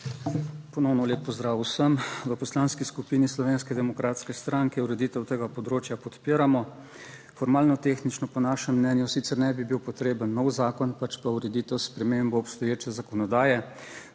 Ponovno lep pozdrav vsem v Poslanski skupini Slovenske demokratske stranke. Ureditev tega področja podpiramo formalno, tehnično po našem mnenju sicer ne bi bil potreben nov zakon, pač pa ureditev s spremembo obstoječe zakonodaje.